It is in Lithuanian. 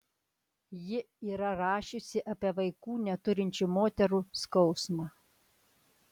ji yra rašiusi apie vaikų neturinčių moterų skausmą